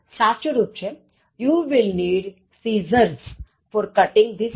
સાચું રુપ You will need scissors for cutting this material